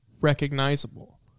recognizable